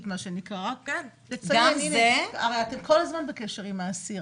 הרי אתם כל הזמן בקשר עם האסיר,